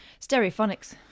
Stereophonics